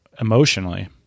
emotionally